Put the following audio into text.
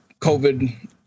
COVID